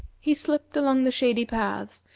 he slipped along the shady paths,